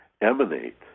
emanate